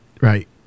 right